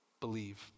believe